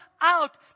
out